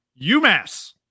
UMass